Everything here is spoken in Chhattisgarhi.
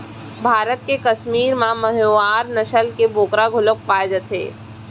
भारत के कस्मीर म मोहायर नसल के बोकरा घलोक पाए जाथे